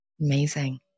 Amazing